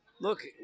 Look